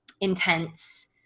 intense